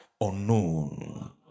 unknown